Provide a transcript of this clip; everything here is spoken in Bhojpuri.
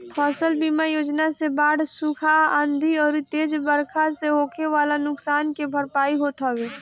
फसल बीमा योजना से बाढ़, सुखा, आंधी अउरी तेज बरखा से होखे वाला नुकसान के भरपाई होत हवे